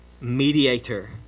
mediator